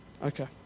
Okay